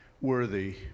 worthy